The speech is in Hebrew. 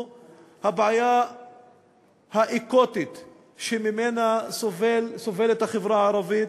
הבעיה האקוטית שממנה סובלת החברה הערבית,